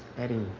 eddie.